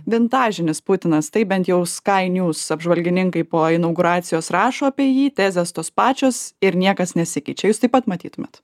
vintažinis putinas tai bent jau skynews apžvalgininkai po inauguracijos rašo apie jį tezės tos pačios ir niekas nesikeičia jūs taip pat matytumėt